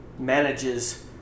manages